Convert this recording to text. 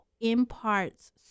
imparts